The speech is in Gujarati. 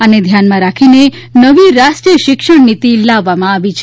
આને ધ્યાનમાં રાખીને નવી રાષ્ટ્રીય શિક્ષણ નીતી લાવવામાં આવી છે